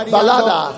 Balada